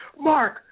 Mark